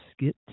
skit